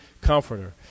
comforter